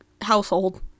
household